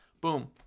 boom